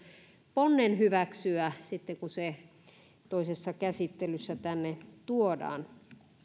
ponnen hyväksyä sitten kun se toisessa käsittelyssä tänne tuodaan